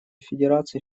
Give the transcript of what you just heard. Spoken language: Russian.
федерации